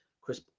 Chris